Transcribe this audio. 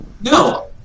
No